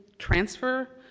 transfer,